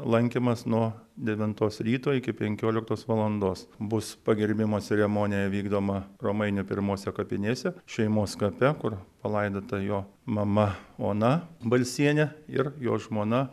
lankymas nuo devintos ryto iki penkioliktos valandos bus pagerbimo ceremonija vykdoma romainių pirmose kapinėse šeimos kape kur palaidota jo mama ona balsienė ir jo žmona